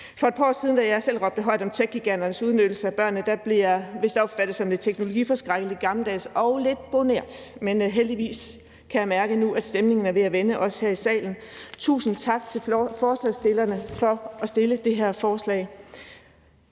For et par år siden, da jeg selv råbte højt om techgiganternes udnyttelse af børnene, blev jeg vist opfattet som lidt teknologiforskrækket, lidt gammeldags og lidt bornert, men heldigvis kan jeg mærke nu, at stemningen er ved at vende, også her i salen. Tusind tak til forslagsstillerne for at fremsætte det her forslag.